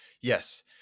Yes